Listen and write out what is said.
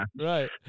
Right